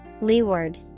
Leeward